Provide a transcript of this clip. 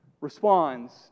responds